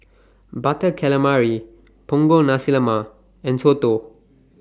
Butter Calamari Punggol Nasi Lemak and Soto